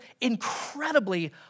incredibly